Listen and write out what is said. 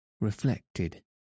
reflected